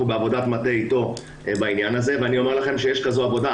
אנחנו בעבודת מטה אתו בעניין הזה ואני אומר לכם שיש כזאת עבודה.